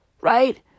Right